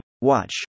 Watch